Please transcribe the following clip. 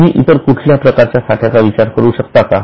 तुम्ही इतर कुठल्या प्रकारच्या साठ्याचा विचार करू शकता का